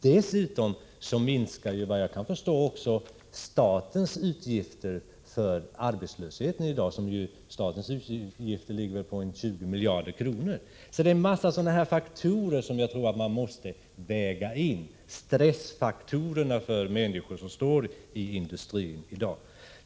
Dessutom minskar ju, såvitt jag kan förstå, statens utgifter för arbetslösheten vilka ju i dag ligger på 20 miljarder. Så en hel del sådana här faktorer måste vägas in, t.ex. stressfaktorer för människor som arbetar inom industrin i dag.